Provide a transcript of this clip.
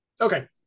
Okay